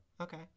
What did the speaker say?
Okay